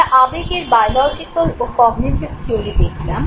আমরা আবেগের বায়োলজিকাল ও কগ্নিটিভ থিয়োরি দেখলাম